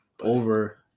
over